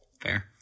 Fair